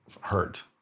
hurt